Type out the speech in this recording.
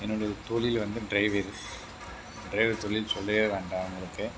என்னுடைய தொழில் வந்து டிரைவிங் டிரைவர் தொழில் சொல்லவே வேண்டாம் உங்களுக்கு